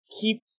keep